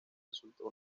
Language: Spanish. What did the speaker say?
resultó